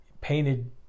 painted